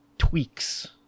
tweaks